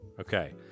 Okay